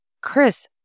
Chris